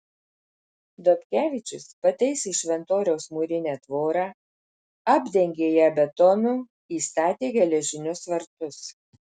dobkevičius pataisė šventoriaus mūrinę tvorą apdengė ją betonu įstatė geležinius vartus